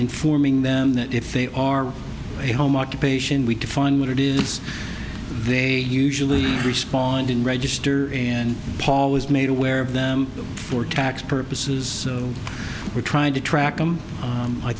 informing them that if they are a home occupation we define what it is they usually respond in register and paul was made aware of them for tax purposes so we're trying to track him